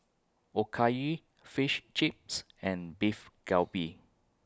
Okayu Fish Chips and Beef Galbi